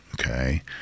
okay